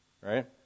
right